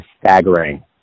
staggering